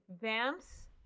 Vamps